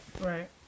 Right